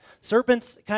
Serpents